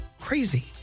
Crazy